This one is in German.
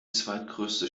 zweitgrößte